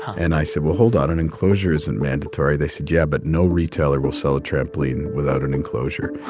and i said, well, hold on. an enclosure isn't mandatory. they said, yeah, but no retailer will sell a trampoline without an enclosure.